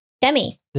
Demi